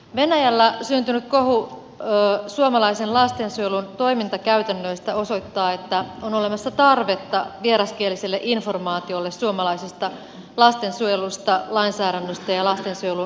venäjällä syntynyt kohu suomalaisen lastensuojelun toimintakäytännöistä osoittaa että on olemassa tarvetta vieraskieliselle informaatiolle suomalaisesta lastensuojelusta lainsäädännöstä ja lastensuojelun toimintaperiaatteista